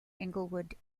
inglewood